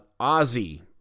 Ozzy